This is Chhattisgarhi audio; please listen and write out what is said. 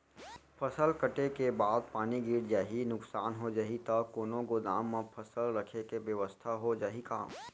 फसल कटे के बाद पानी गिर जाही, नुकसान हो जाही त कोनो गोदाम म फसल रखे के बेवस्था हो जाही का?